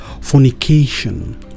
fornication